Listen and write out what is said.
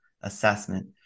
assessment